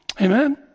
Amen